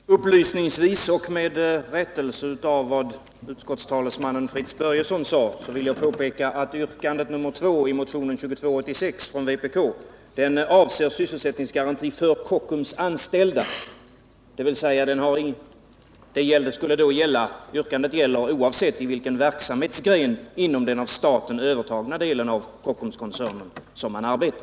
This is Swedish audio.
Herr talman! Upplysningsvis och med rättelse av vad utskottstalesmannen Fritz Börjesson sade, så vill jag påpeka att yrkandet 2i motionen 2286 från vpk avser sysselsättningsgaranti för Kockums anställda, dvs. oavsett i vilken verksamhetsgren inom den av staten övertagna delen av Kockumskoncernen som de arbetar.